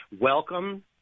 Welcome